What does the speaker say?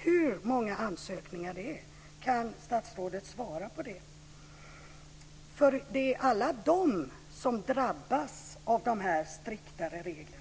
Kan statsrådet svara på hur många ansökningar det är? Det är nämligen alla dessa som drabbas av dessa striktare regler.